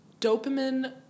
Dopamine